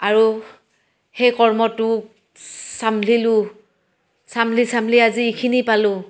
আৰু সেই কৰ্মটো চাম্ভালিলোঁ চাম্ভালি চাম্ভালি আজি এইখিনি পালোঁ